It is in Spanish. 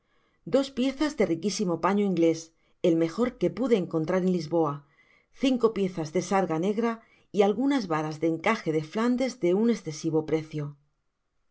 dos piezas da riquisimo paño inglés el mejor que pude encontrar en lisboa ciuco piezas de sarga negra y algunas varas de encaje de flandes de un escesivo precio